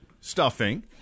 stuffing